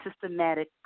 systematic